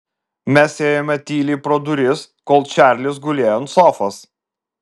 mes ėjome tyliai pro duris kol čarlis gulėjo ant sofos